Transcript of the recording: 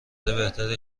بهتری